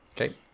Okay